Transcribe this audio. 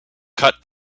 cut